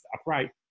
upright